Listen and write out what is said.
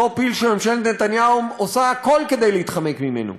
אותו פיל שממשלת נתניהו עושה הכול כדי להתחמק ממנו: